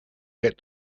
get